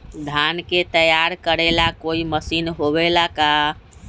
धान के तैयार करेला कोई मशीन होबेला का?